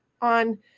on